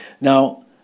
Now